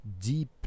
deep